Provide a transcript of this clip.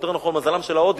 יותר נכון למזלן של ההודיות,